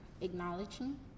acknowledging